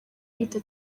yita